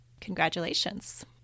Congratulations